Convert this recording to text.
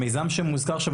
המיזם שמוזכר שם,